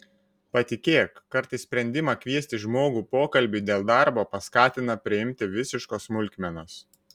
patikėk kartais sprendimą kviesti žmogų pokalbiui dėl darbo paskatina priimti visiškos smulkmenos